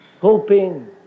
Hoping